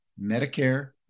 Medicare